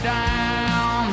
down